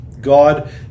God